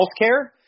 Healthcare